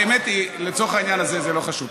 באמת, לצורך העניין הזה זה לא חשוב.